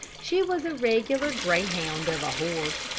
she was a regular greyhound of a horse,